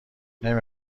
نمی